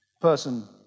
person